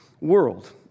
world